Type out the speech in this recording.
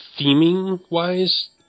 theming-wise